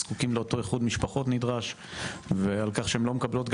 זקוקים לאותו איחוד משפחות נדרש ועל כך שהם לא מקבלות,